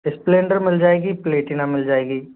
Splendor मिल जाएगी Platina मिल जाएगी